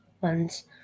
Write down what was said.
ones